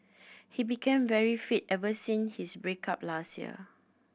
he became very fit ever since his break up last year